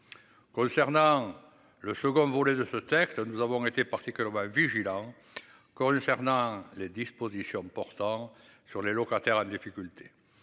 Concernant le second volet de ce texte, nous avons été partie que vigilant. Chorus Fernand les dispositions portant sur les locataires en difficulté.